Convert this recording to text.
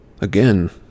Again